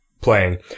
playing